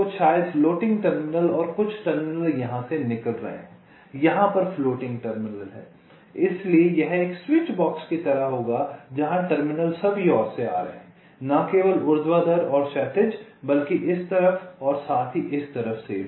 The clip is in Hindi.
कुछ शायद फ़्लोटिंग टर्मिनल और कुछ टर्मिनल यहाँ से निकल रहे हैं यहाँ पर फ़्लोटिंग टर्मिनल हैं इसलिए यह एक स्विचबॉक्स की तरह होगा जहाँ टर्मिनल सभी ओर से आ रहे हैं न केवल ऊर्ध्वाधर और क्षैतिज बल्कि इस तरफ और साथ ही इस तरफ से भी